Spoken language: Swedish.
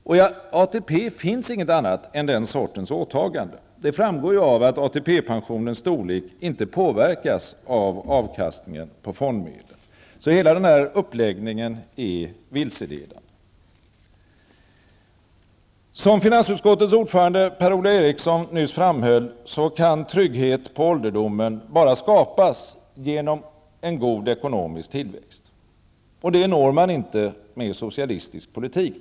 I ATP finns det inget annat än den sortens åtaganden. Det framgår av att ATP-pensionens storlek inte påverkas av avkastningen på fondmedlen. Hela uppläggningen är vilseledande. Som finansutskottets ordförande Per-Ola Eriksson nyss framförde kan trygghet på ålderdomen bara skapas genom en god ekonomisk tillväxt. Det når man inte med socialistisk politik.